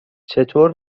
چطور